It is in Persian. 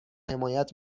حمایت